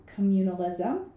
communalism